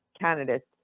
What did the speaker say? candidates